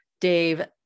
Dave